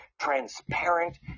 transparent